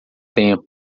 tempo